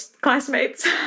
classmates